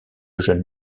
jeunes